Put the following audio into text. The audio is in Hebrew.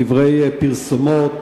בדברי פרסומת,